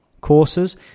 courses